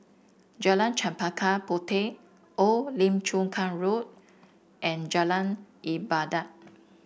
Jalan Chempaka Puteh Old Lim Chu Kang Road and Jalan Ibadat